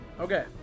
Okay